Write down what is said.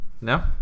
No